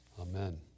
Amen